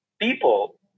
People